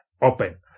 open